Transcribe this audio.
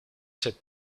cette